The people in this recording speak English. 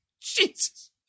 Jesus